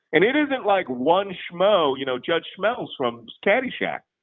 and it isn't like one schmo, you know, judge smails from caddyshack.